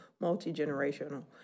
multi-generational